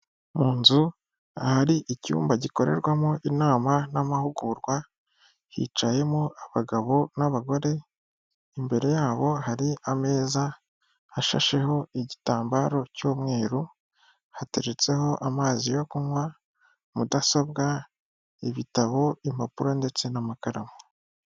Mu nzu, ahari icyumba gikorerwamo inama n'amahugurwa, hicayemo abagabo n'abagore, imbere yabo hari ameza ashasheho igitambaro cy'umweru, hateretseho amazi yo kunywa, mudasobwa, ibitabo, impapuro, ndetse n'amakaramu.